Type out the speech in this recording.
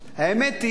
האמת היא,